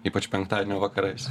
ypač penktadienio vakarais